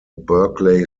berkeley